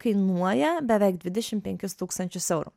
kainuoja beveik dvidešimt penkis tūkstančius eurų